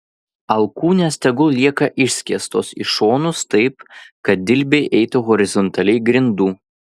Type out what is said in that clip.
alkūnės tegul lieka išskėstos į šonus taip kad dilbiai eitų horizontaliai grindų